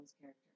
character